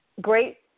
great